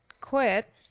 quit